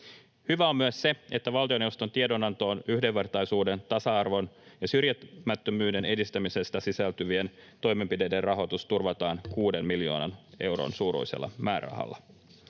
Hyvää on myös se, että valtioneuvoston tiedonantoon yhdenvertaisuuden, tasa-arvon ja syrjimättömyyden edistämisestä sisältyvien toimenpiteiden rahoitus turvataan kuuden miljoonan euron suuruisella määrärahalla.